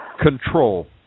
Control